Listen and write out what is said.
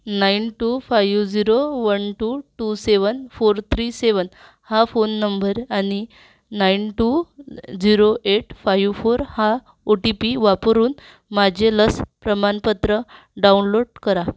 nine two five zero one two two seven four three seven हा phone number आणि nine two zero eight five four हा OTP वापरून माझे लस प्रमाणपत्र डाउनलोड करा